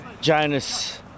Jonas